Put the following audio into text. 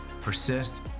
persist